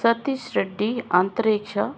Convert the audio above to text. సతీష్రెడ్డి అంతరిక్ష